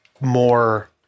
more